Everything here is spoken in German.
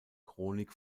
chronik